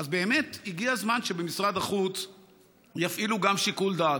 באמת הגיע הזמן שבמשרד החוץ יפעילו גם שיקול דעת.